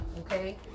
okay